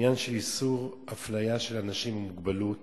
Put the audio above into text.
עניין של איסור אפליה של אנשים עם מוגבלות